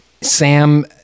Sam